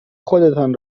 خودتان